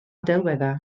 delweddau